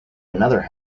another